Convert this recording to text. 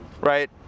right